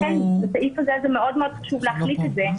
לכן בסעיף הזה מאוד חשוב להכניס את זה,